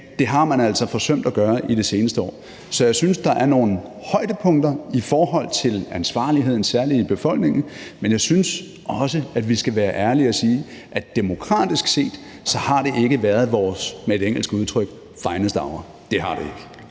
det har man altså forsømt at gøre i det seneste år. Så jeg synes, der er nogle højdepunkter i forhold til ansvarligheden, særlig i befolkningen, men jeg synes også, vi skal være ærlige og sige, at det demokratisk set ikke har været vores – med et engelsk udtryk – finest hour. Det har det ikke.